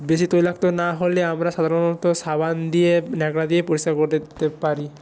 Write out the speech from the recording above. বেশি তৈলাক্ত না হলে আমরা সাধারণত সাবান দিয়ে ন্যাকড়া দিয়ে পরিষ্কার করে দিতে পারি